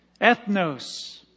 ethnos